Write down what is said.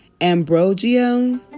Ambrogio